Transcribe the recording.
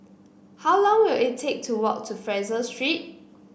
how long will it take to walk to Fraser Street